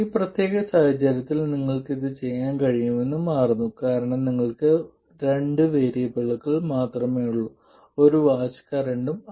ഈ പ്രത്യേക സാഹചര്യത്തിൽ നിങ്ങൾക്ക് ഇത് ചെയ്യാൻ കഴിയുമെന്ന് മാറുന്നു കാരണം നിങ്ങൾക്ക് രണ്ട് വേരിയബിളുകൾ മാത്രമേ ഉള്ളൂ ഒരു വാജും ഒരു കറന്റും